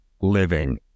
living